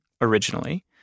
originally